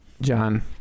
John